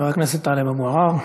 חבר הכנסת טלב אבו עראר,